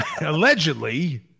Allegedly